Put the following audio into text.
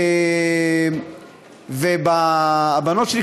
הבנות שלי,